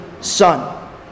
Son